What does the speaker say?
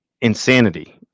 insanity